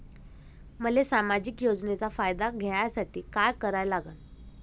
मले सामाजिक योजनेचा फायदा घ्यासाठी काय करा लागन?